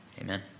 Amen